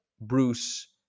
Bruce